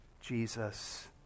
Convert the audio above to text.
Jesus